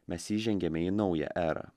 mes įžengiame į naują erą